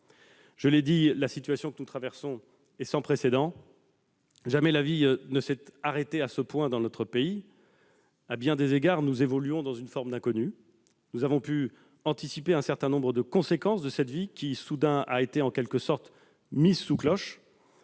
Je l'ai dit, la situation actuelle est sans précédent ; jamais la vie ne s'était arrêtée à ce point dans notre pays. À bien des égards, nous évoluons dans une forme d'inconnu. Nous avons pu anticiper un certain nombre de conséquences de cette vie en quelque sorte soudainement mise sous cloche.